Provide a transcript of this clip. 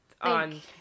on